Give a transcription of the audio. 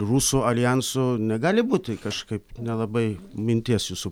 rusų aljansu negali būti kažkaip nelabai minties jūsų